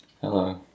Hello